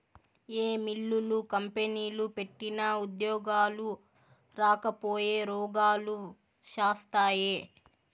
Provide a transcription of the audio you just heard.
ఏ మిల్లులు, కంపెనీలు పెట్టినా ఉద్యోగాలు రాకపాయె, రోగాలు శాస్తాయే